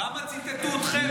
כמה ציטטו אתכם?